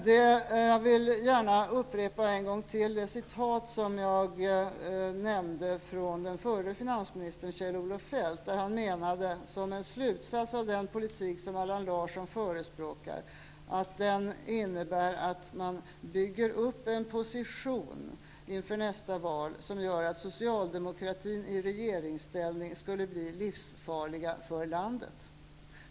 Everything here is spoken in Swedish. Jag vill gärna upprepa det uttalande av förre finansministern Kjell-Olof Feldt som jag återgav förut. Han har ju sagt att den politik som Allan Larsson förespråkar innebär att man bygger upp en position inför nästa val som gör att socialdemokratin i regeringställning skulle bli livsfarlig för landet.